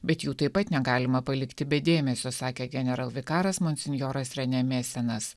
bet jų taip pat negalima palikti be dėmesio sakė generalvikaras monsinjoras rene mėsenas